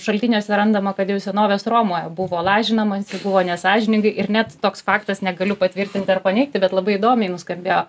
šaltiniuose randama kad jau senovės romoje buvo lažinamasi buvo nesąžiningai ir net toks faktas negaliu patvirtinti ar paneigti bet labai įdomiai nuskambėjo